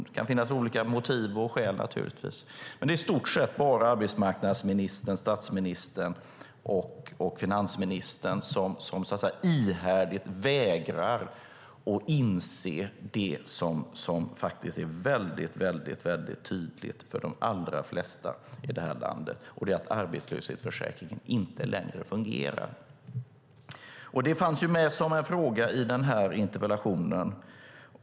Det kan finnas olika motiv och skäl, men det är i stort sett bara arbetsmarknadsministern, statsministern och finansministern som ihärdigt vägrar att inse det som är tydligt för de allra flesta i landet, nämligen att arbetslöshetsförsäkringen inte längre fungerar. Det fanns med som en fråga i interpellationen.